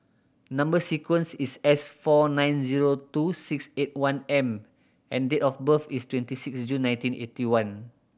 number sequence is S four nine zero two six eight one M and date of birth is twenty six June nineteen eighty one